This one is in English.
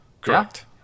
Correct